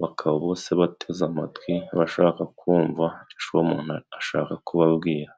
bakaba bose bateze amatwi abashaka kumva ico uwo muntu ashaka kubabwira.